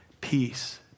peace